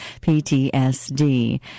PTSD